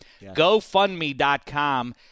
GoFundMe.com